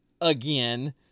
Again